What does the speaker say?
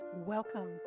Welcome